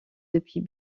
depuis